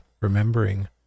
remembering